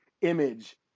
image